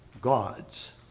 gods